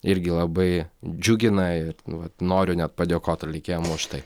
irgi labai džiugina ir nu vat noriu net padėkot atlikėjam už tai